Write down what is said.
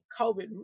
COVID